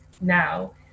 now